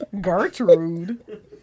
Gertrude